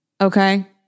okay